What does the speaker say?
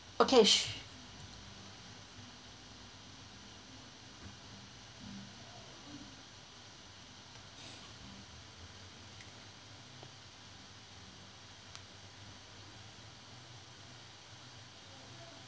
okey sure